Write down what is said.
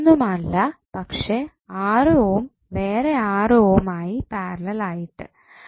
വേറെയൊന്നുമല്ല പക്ഷെ 6 ഓം വേറെ 6 ഓം ആയി പാരലൽ ആയിട്ടു